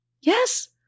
yes